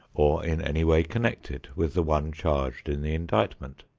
or in any way connected with the one charged in the indictment.